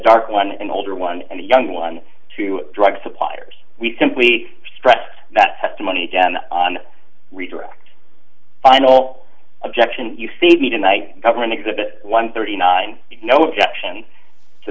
dark one an older one and a young one to drug suppliers we simply stressed that testimony on redirect final objection you see me to night government exhibit one thirty nine no objection to